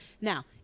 Now